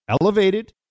elevated